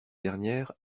dernière